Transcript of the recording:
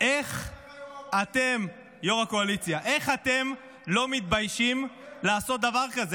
איך אתם לא מתביישים לעשות דבר כזה?